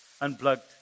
unplugged